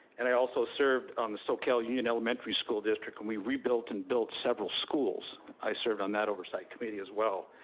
and i also served on the soquel union elementary school district when we rebuilt and built several schools. i served on that oversight committee as well.